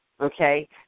Okay